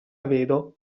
vedo